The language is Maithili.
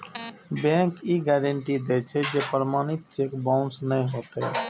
बैंक ई गारंटी दै छै, जे प्रमाणित चेक बाउंस नै हेतै